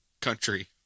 country